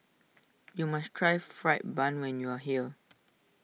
you must try Fried Bun when you are here